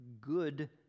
good